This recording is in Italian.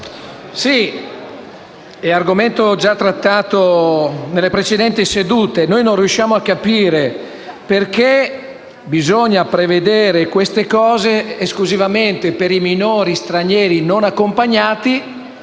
è stato già trattato nelle precedenti sedute. Noi non riusciamo a capire perché bisogna prevedere le misure in questione esclusivamente per i minori stranieri non accompagnati.